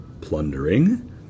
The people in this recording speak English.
plundering